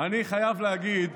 חייב להגיד,